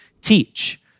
teach